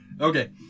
Okay